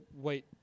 Wait